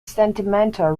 sentimental